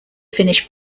finished